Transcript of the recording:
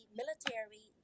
military